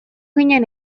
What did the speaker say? ginen